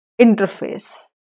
interface